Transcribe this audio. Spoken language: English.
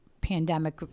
pandemic